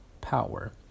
power